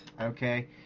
Okay